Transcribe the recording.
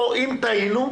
פה אם טעינו,